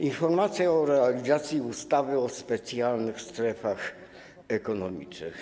Informacja o realizacji ustawy o specjalnych strefach ekonomicznych.